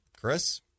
Chris